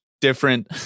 different